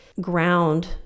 ground